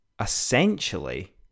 essentially